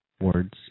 words